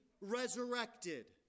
resurrected